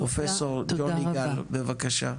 פרופסור ג'וני גל, בבקשה.